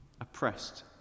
oppressed